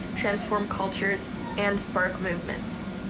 transform cultures and spark movements.